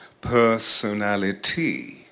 personality